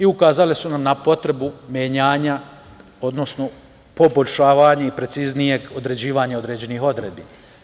Ukazali su nam na potrebu menjanja, odnosno, poboljšavanja, preciznijeg određivanja određenih odredbi.